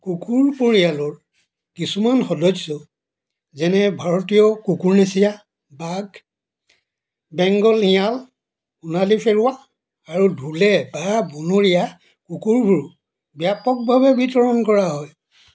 কুকুৰ পৰিয়ালৰ কিছুমান সদস্য যেনে ভাৰতীয় কুকুৰনেচীয়া বাঘ বেংগল শিয়াল সোণালী ফেৰুৱা আৰু ধোঁলে বা বনৰীয়া কুকুৰবোৰো ব্যাপকভাৱে বিতৰণ কৰা হয়